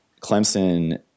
Clemson